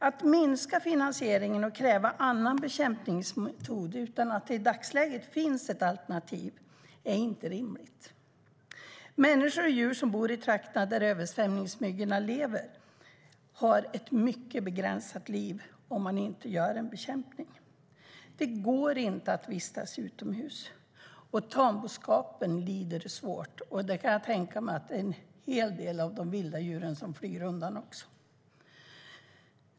Att minska finansieringen och kräva annan bekämpningsmetod utan att det i dagsläget finns ett alternativ är inte rimligt. Människor och djur som bor i trakterna där översvämningsmyggor lever får utan bekämpning ett mycket begränsat liv. Det går inte att vistas utomhus, tamboskapen lider svårt och jag kan tänka mig att en del av de vilda djuren flyr undan.